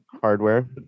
Hardware